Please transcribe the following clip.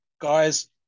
guys